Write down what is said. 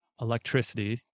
electricity